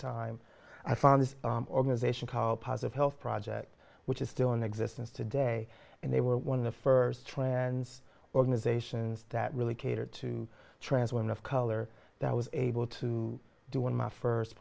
time i found this organization called positive health project which is still in existence today and they were one of the first try and organizations that really cater to trans women of color that i was able to do in my first